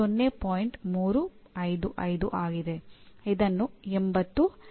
ನೀವು ಒಂದು ನಿರ್ದಿಷ್ಟ ಮಿತಿಯನ್ನು ದಾಟದಿದ್ದರೆ ನಿಮಗೆ ಮಾನ್ಯತೆ ದೊರೆಯುವುದಿಲ್ಲ